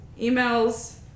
emails